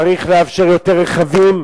צריך לאפשר יותר רכבים,